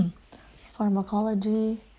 Pharmacology